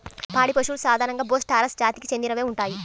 పాడి పశువులు సాధారణంగా బోస్ టారస్ జాతికి చెందినవే ఉంటాయి